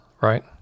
right